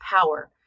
Power